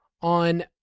on